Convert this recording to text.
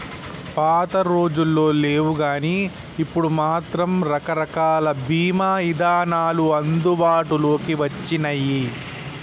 పాతరోజుల్లో లేవుగానీ ఇప్పుడు మాత్రం రకరకాల బీమా ఇదానాలు అందుబాటులోకి వచ్చినియ్యి